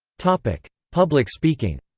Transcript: public public speaking